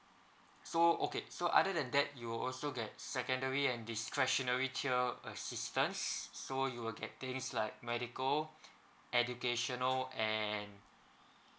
so okay so other than that you'll also get secondary and discretionary tier assistance so you will get things like medical educational and